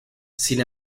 sin